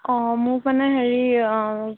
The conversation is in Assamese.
অঁ মোক মানে হেৰি